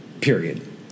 period